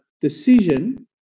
decision